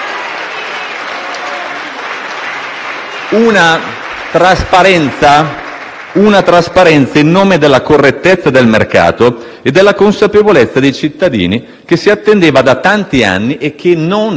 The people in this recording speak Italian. Una trasparenza in nome della correttezza del mercato e della consapevolezza dei cittadini che si attendeva da tanti anni e che non si era mai vista prima.